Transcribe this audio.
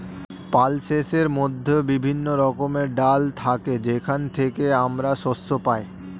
পালসেসের মধ্যে বিভিন্ন রকমের ডাল থাকে যেখান থেকে আমরা শস্য পাই